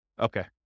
Okay